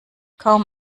kaum